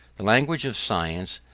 the language of science,